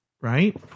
Right